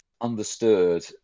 understood